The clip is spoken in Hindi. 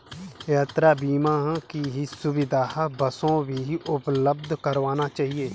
यात्रा बीमा की सुविधा बसों भी उपलब्ध करवाना चहिये